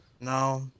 No